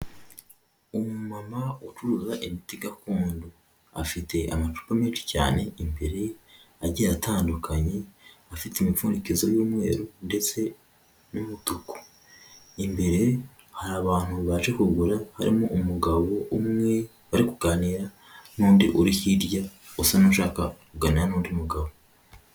Umumama ucuruza imiti gakondo afite amacupa menshi cyane imbere ye agiye atandukanye, afite imipfundikizo y'umweru ndetse n'umutuku, imbere hari abantu baje kugura harimo umugabo umwe bari kuganira, n'undi uri hirya usa n'ushaka kuganira n'undi mugabo.